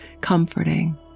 comforting